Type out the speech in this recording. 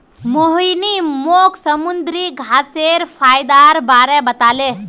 मोहिनी मोक समुंदरी घांसेर फयदार बारे बताले